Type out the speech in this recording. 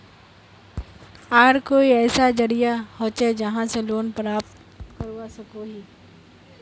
आर कोई ऐसा जरिया होचे जहा से लोन प्राप्त करवा सकोहो ही?